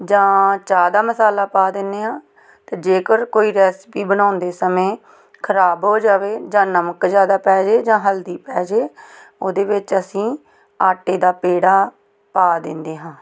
ਜਾਂ ਚਾਹ ਦਾ ਮਸਾਲਾ ਪਾ ਦਿੰਦੇ ਹਾਂ ਅਤੇ ਜੇਕਰ ਕੋਈ ਰੈਸਪੀ ਬਣਾਉਂਦੇ ਸਮੇਂ ਖਰਾਬ ਹੋ ਜਾਵੇ ਜਾਂ ਨਮਕ ਜ਼ਿਆਦਾ ਪੈ ਜਾਵੇ ਜਾਂ ਹਲਦੀ ਪੈ ਜਾਵੇ ਉਹਦੇ ਵਿੱਚ ਅਸੀਂ ਆਟੇ ਦਾ ਪੇੜਾ ਪਾ ਦਿੰਦੇ ਹਾਂ